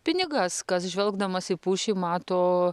pinigas kas žvelgdamas į pušį mato